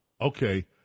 Okay